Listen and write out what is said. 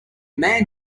man